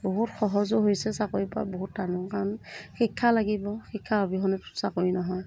বহুত সহজো হৈছে চাকৰি পোৱা বহুত টানো কাৰণ শিক্ষা লাগিব শিক্ষা অবিহনেতো চাকৰি নহয়